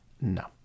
no